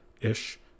ish